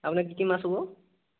আপোনাৰ কি কি মাছ হ'ব